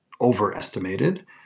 overestimated